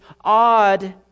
odd